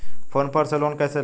Phone पर से loan कैसे लें?